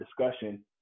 discussion